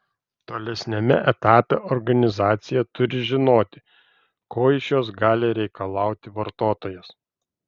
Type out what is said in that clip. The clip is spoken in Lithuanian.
tolesniame etape organizacija turi žinoti ko iš jos gali reikalauti vartotojas